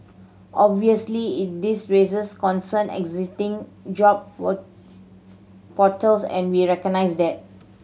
obviously this raises concern existing job portals and we recognise that